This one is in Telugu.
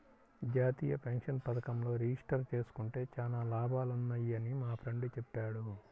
జాతీయ పెన్షన్ పథకంలో రిజిస్టర్ జేసుకుంటే చానా లాభాలున్నయ్యని మా ఫ్రెండు చెప్పాడు